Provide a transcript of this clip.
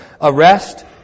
arrest